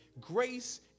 grace